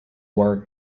were